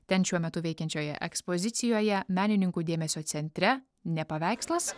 ten šiuo metu veikiančioje ekspozicijoje menininkų dėmesio centre ne paveikslas